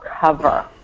cover